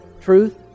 truth